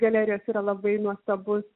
galerijos yra labai nuostabus